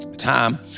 time